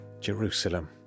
Jerusalem